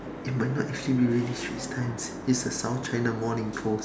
it might not assume it's really Straits Times it's a South China morning post